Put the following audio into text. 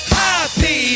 happy